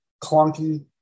clunky